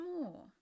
more